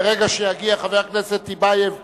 ברגע שיגיע חבר הכנסת טיבייב למקומו,